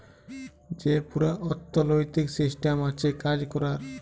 যে পুরা অথ্থলৈতিক সিসট্যাম আছে কাজ ক্যরার